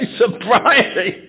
sobriety